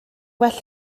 well